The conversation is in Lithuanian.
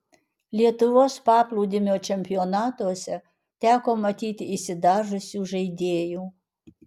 lietuvos paplūdimio čempionatuose teko matyti išsidažiusių žaidėjų